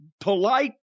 polite